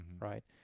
right